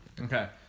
okay